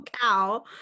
cow